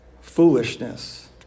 foolishness